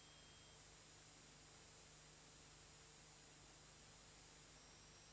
Grazie,